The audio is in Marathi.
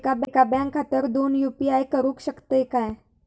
एका बँक खात्यावर दोन यू.पी.आय करुक शकतय काय?